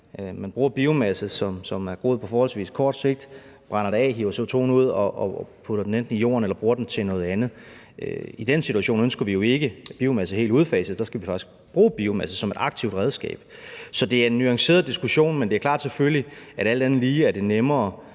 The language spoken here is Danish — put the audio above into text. Man bruger biomasse, som er god på forholdsvis kort sigt, brænder det af, hiver CO2'en ud og putter den enten i jorden eller bruger den til noget andet. I den situation ønsker vi jo ikke biomasse helt udfaset – der skal vi faktisk bruge biomasse som et aktivt redskab. Så det er en nuanceret diskussion. Men det er selvfølgelig klart, at det alt andet lige er nemmere